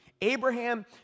Abraham